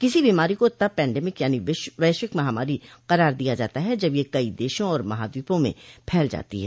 किसी बीमारी को तब पैन्डेमिक यानी वैश्विक महामारी करार दिया जाता है जब यह कई देशों और महाद्वीपों में फैल जाती है